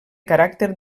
caràcter